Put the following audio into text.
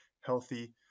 healthy